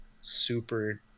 super